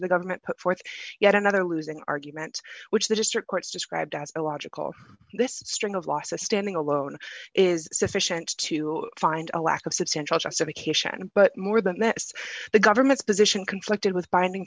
the government put forth yet another losing argument which the district courts described as illogical this string of losses standing alone is sufficient to find a lack of substantial justification but more than that it's the government's position conflicted with binding